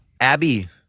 Abby